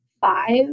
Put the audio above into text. five